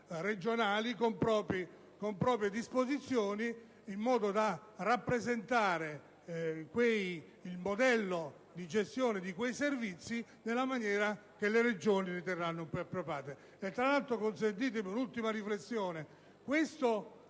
regionali con proprie disposizioni, in modo da rappresentare il modello di gestione di quei servizi nella maniera che le Regioni riterranno più appropriata. Tra l'altro, consentitemi un'ultima riflessione. Questo